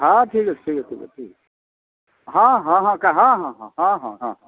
ହଉ ଠିକ୍ ଅଛି ଠିକ୍ ଅଛି ଠିକ୍ ଅଛି ଠିକ୍ ଅଛି ହଁ ହଁ ହଁ ହଁ ହଁ ହଁ ହଁ ହଁ ହଁ ହଁ ହଁ